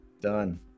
Done